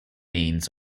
means